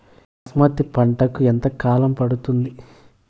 బాస్మతి పంటకు ఎంత కాలం పడుతుంది?